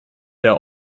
der